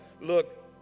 look